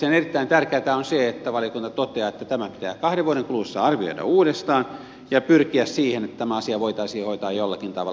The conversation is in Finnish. mielestäni erittäin tärkeätä on se että valiokunta toteaa että tämä pitää kahden vuoden kuluessa arvioida uudestaan ja pyrkiä siihen että tämä asia voitaisiin hoitaa jollakin tavalla